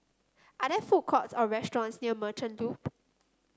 are there food courts or restaurants near Merchant Loop